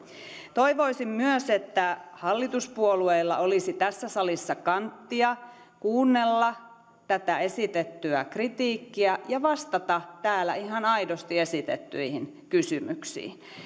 toivoisin myös että hallituspuolueilla olisi tässä salissa kanttia kuunnella tätä esitettyä kritiikkiä ja vastata täällä ihan aidosti esitettyihin kysymyksiin